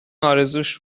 ارزوش